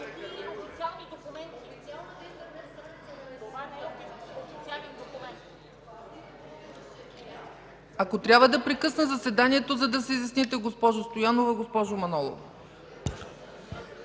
Ако трябва да прекъсна заседанието, за да се изясните, госпожо Стоянова, госпожо Манолова?!